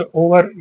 over